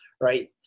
right